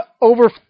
over